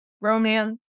romance